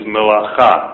Melacha